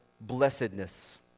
blessedness